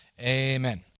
Amen